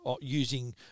using